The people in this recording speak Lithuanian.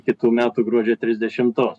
kitų metų gruodžio trisdešimtos